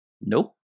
nope